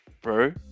Bro